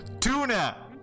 Tuna